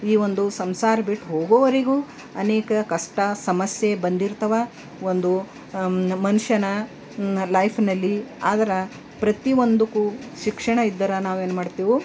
ಈ ಒಂದು ಸಂಸಾರ ಬಿಟ್ಟು ಹೋಗೋವರೆಗು ಅನೇಕ ಕಷ್ಟ ಸಮಸ್ಯೆ ಬಂದಿರ್ತಾವೆ ಒಂದು ಮನುಷ್ಯನ ಲೈಫ್ನಲ್ಲಿ ಆದರೆ ಪ್ರತಿ ಒಂದಕ್ಕೂ ಶಿಕ್ಷಣ ಇದ್ದರೆ ನಾವೇನು ಮಾಡ್ತೀವಿ